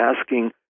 asking